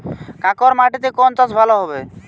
কাঁকর মাটিতে কোন চাষ ভালো হবে?